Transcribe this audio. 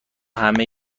همه